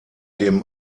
dem